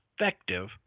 effective